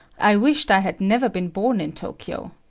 i wished i had never been born in tokyo.